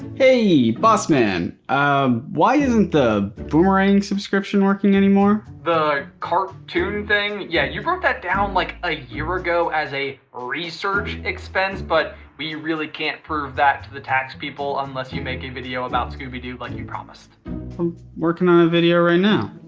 hey, bossman. um why isn't the boomerang subscription working anymore? the cartoon thing? yeah you broke that down like a year ago as a research expense but we really can't prove that to the tax people unless you make a video about scooby-doo like you promised. i'm working on the video right now.